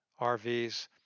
RVs